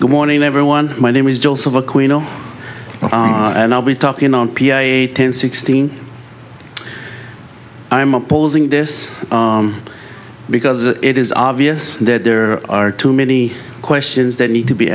the morning everyone my name is joseph a queen and i'll be talking on a ten sixteen i'm opposing this because it is obvious that there are too many questions that need to be